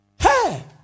Hey